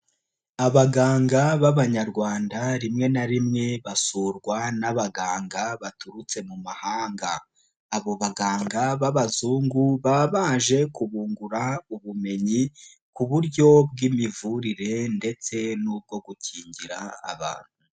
Abaganga b'Abanyarwanda rimwe na rimwe basurwa n'abaganga baturutse mu mahanga, abo baganga b'abazungu baba baje kubungura ubumenyi ku buryo bw'imivurire ndetse n'ubwo gukingira abantu.